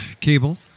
Cable